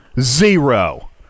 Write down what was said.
Zero